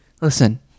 listen